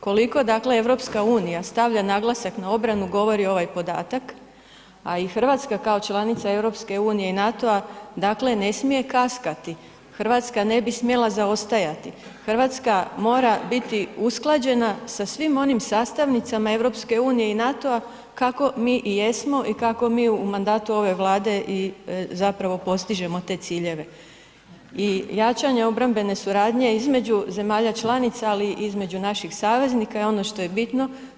Koliko, dakle, EU stavlja naglasak na obranu, govori ovaj podatak, a i RH kao članica EU i NATO-a, dakle, ne smije kaskati, RH ne bi smjela zaostajati, RH mora biti usklađena sa svim onim sastavnicama EU i NATO-a kako mi i jesmo i kako mi u mandatu ove Vlade i zapravo postižemo te ciljeve i jačanje obrambene suradnje između zemalja članica, ali i između naših saveznika je ono što je bitno.